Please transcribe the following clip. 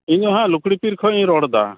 ᱤᱧ ᱦᱟᱸᱜ ᱞᱩᱠᱲᱤᱯᱤᱲ ᱠᱷᱚᱡ ᱤᱧ ᱨᱚᱲ ᱮᱫᱟ